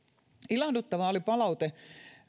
ilahduttavaa oli palaute